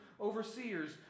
overseers